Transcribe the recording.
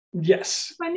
Yes